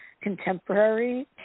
contemporary